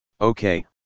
Okay